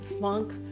funk